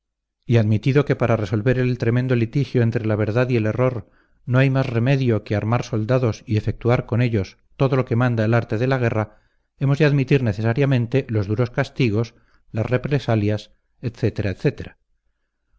y admitido que para resolver el tremendo litigio entre la verdad y el error no hay más remedio que armar soldados y efectuar con ellos todo lo que manda el arte de la guerra hemos de admitir necesariamente los duros castigos las represalias